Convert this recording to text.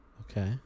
Okay